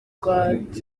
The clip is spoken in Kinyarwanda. rwanda